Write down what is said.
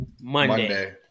Monday